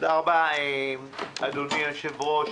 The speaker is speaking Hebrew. תודה רבה, אדוני היושב-ראש.